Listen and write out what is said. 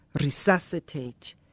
resuscitate